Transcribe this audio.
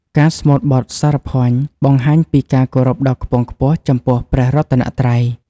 ការស្មូតបទ សរភញ្ញ បង្ហាញពីការគោរពដ៏ខ្ពង់ខ្ពស់ចំពោះព្រះរតនត្រ័យ។